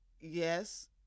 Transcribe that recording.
yes